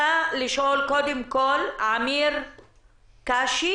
אמיר קאשי